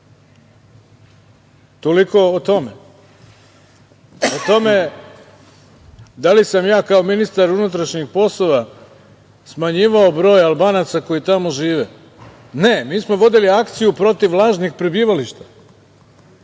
Toliko o tome. Da li sam ja kao ministar unutrašnjih poslova smanjivao broj Albanaca koji tamo žive? Ne, mi smo vodili akciju protiv lažnih prebivališta.